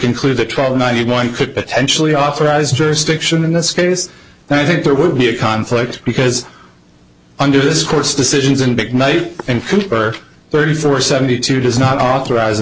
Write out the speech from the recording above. conclude that twelve ninety one could potentially authorize jurisdiction in this case then i think there would be a conflict because under this course decisions in big night and cooper thirty four seventy two does not authorize